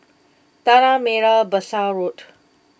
Tanah Merah Besar Road